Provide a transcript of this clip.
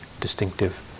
distinctive